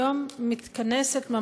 היום מתכנסת,